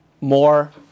more